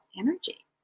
energy